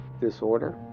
disorder